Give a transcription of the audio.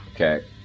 Okay